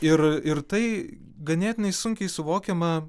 ir ir tai ganėtinai sunkiai suvokiama